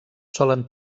solen